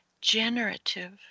generative